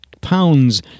pounds